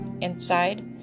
Inside